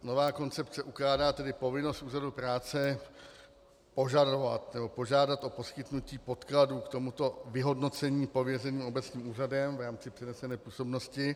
Nová koncepce ukládá tedy povinnost úřadu práce požádat o poskytnutí podkladů k tomuto vyhodnocení pověřeným obecním úřadem v rámci přenesené působnosti.